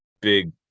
big